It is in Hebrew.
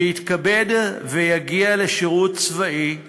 שיתכבד ויגיע לשירות צבאי,